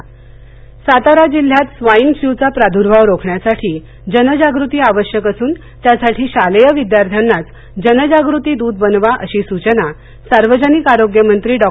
सातारा सातारा जिल्ह्यात स्वाईन फ्ल्यूचा प्रादूर्भाव रोखण्यासाठी जनजागृती आवश्यक असून त्यासाठी शालेय विद्यार्थ्यांनाच जनजागृती द्रत बनवा अशी सूचना सार्वजनिक आरोग्य मंत्री डॉ